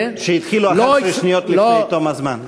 שהתחילו 11 שניות לפני תום הזמן.